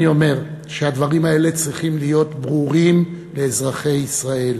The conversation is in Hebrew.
אני אומר שהדברים האלה צריכים להיות ברורים לאזרחי ישראל.